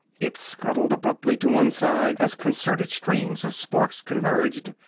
it scuttled abruptly to one side as concerted streams of sparks converged.